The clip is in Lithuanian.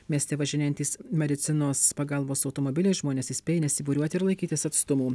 mieste važinėjantys medicinos pagalbos automobiliai žmones įspėja nesibūriuoti ir laikytis atstumų